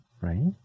right